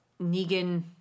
Negan